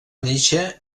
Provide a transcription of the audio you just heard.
néixer